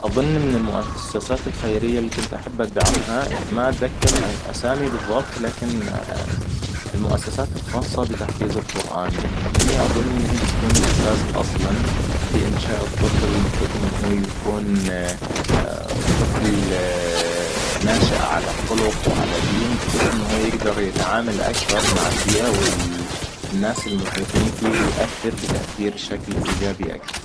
أظن من المؤسسات الخيرية اللي كنت احب أدعمها ما أتذكر اسامي بالضبط لكن المؤسسات الخاصة بتحفيظ القرآن هي أظن إن هي بتكون الأساس اصلًا في إنشاء الطفل بحيث انه هو يكون طفل ناشئ على خلق و على دين بحيث ان هو يقدر يتعامل أكثر مع البيئة و الناس المحيطين فيه ويأثر بتأثير شكل إيجابي اكثر